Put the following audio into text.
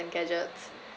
like gadgets